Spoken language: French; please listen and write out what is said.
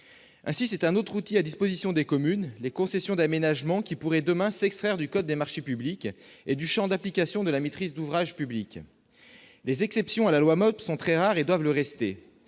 Ainsi, c'est un autre outil à la disposition des communes, à savoir les concessions d'aménagement, qui pourrait ne plus relever demain du code des marchés publics et du champ d'application de la maîtrise d'ouvrage publique. Les exceptions à la loi MOP sont très rares et doivent le rester.